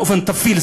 באופן טפילי,